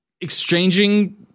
exchanging